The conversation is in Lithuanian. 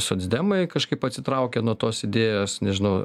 socdemai kažkaip atsitraukia nuo tos idėjos nežinau